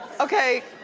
okay,